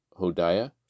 Hodiah